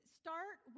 start